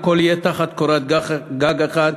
הכול יהיה תחת קורת גג אחת,